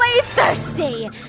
thirsty